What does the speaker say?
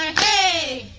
k